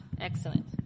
excellent